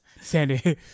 Sandy